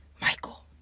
Michael